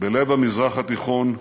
בלב המזרח התיכון הסוער,